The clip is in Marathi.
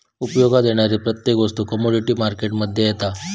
उपयोगात येणारी प्रत्येक वस्तू कमोडीटी मार्केट मध्ये येता